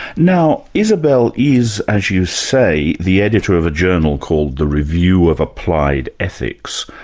now isabel is as you say, the editor of a journal called the review of applied ethics.